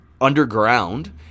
underground